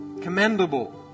commendable